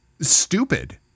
stupid